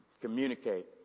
Communicate